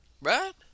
right